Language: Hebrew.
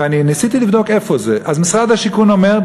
ואני ניסיתי לבדוק איפה זה אז משרד השיכון אומר,